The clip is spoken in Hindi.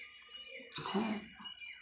है